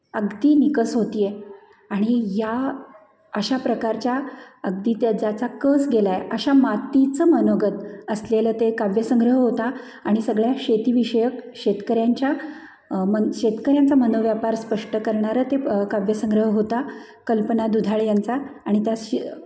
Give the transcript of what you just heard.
अगदी निकस होते आहे आणि या अशा प्रकारच्या अगदी त्या ज्याचा कस गेला आहे अशा मातीचं मनोगत असलेलं ते काव्यसंग्रह होता आणि सगळ्या शेतीविषयक शेतकऱ्यांच्या मन शेतकऱ्यांचा मनोव्यापार स्पष्ट करणारा तो काव्यसंग्रह होता कल्पना दुधाळे यांचा आणि त्या शि